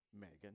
Megan